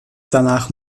danach